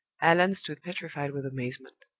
allan stood petrified with amazement.